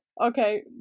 Okay